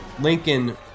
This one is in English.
Lincoln